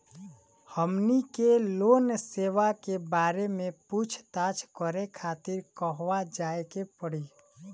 हमनी के लोन सेबा के बारे में पूछताछ करे खातिर कहवा जाए के पड़ी?